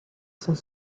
sont